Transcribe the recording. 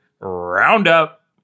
roundup